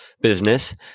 business